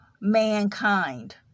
mankind